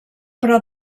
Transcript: però